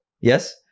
yes